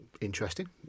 interesting